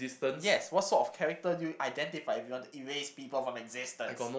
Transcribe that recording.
yes what sort of character you identify if you want to erase people from existence